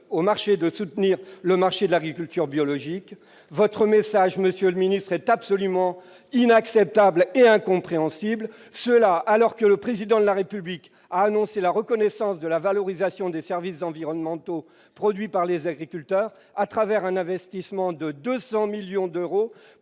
au marché de soutenir le marché de l'agriculture biologique, votre message, monsieur le ministre est absolument inacceptable et incompréhensible, cela alors que le président de la République a annoncé la reconnaissance de la valorisation des services environnementaux, produit par les agriculteurs à travers un avertissement de 200 millions d'euros